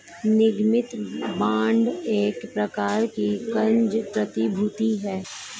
निगमित बांड एक प्रकार की क़र्ज़ प्रतिभूति है